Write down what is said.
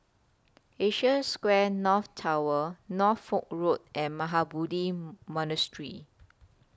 Asia Square North Tower Norfolk Road and Mahabodhi Monastery